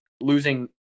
losing